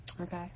okay